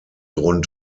rund